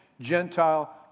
Gentile